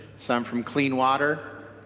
some from clean water.